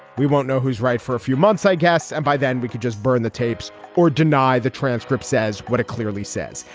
we won't know who's right for a few months, i guess. and by then we could just burn the tapes or deny the transcript says what it clearly says.